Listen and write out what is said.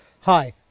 Hi